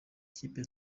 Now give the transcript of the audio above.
ikipe